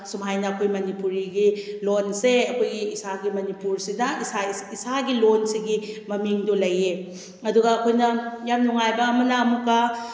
ꯁꯨꯃꯥꯏꯅ ꯑꯩꯈꯣꯏ ꯃꯅꯤꯄꯨꯔꯤꯒꯤ ꯂꯣꯟꯁꯦ ꯑꯩꯈꯣꯏꯒꯤ ꯏꯁꯥꯒꯤ ꯃꯅꯤꯄꯨꯔꯁꯤꯗ ꯏꯁꯥꯒꯤ ꯂꯣꯟꯁꯤꯒꯤ ꯃꯃꯤꯡꯗꯨ ꯂꯩꯌꯦ ꯑꯗꯨꯒ ꯑꯩꯈꯣꯏꯅ ꯌꯥꯝ ꯅꯨꯡꯉꯥꯏꯕ ꯑꯃꯅ ꯑꯃꯨꯛꯀ